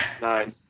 Nine